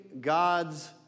God's